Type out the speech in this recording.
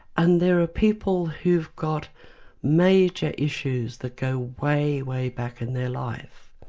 and there are people who've got major issues that go way, way back in their life.